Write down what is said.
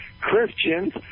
Christians